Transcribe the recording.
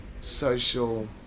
social